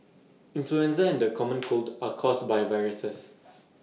influenza and the common cold are caused by viruses